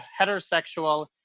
heterosexual